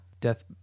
Death